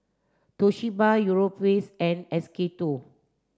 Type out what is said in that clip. Toshiba Europace and S K two